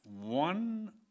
one